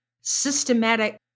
systematic